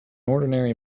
ordinary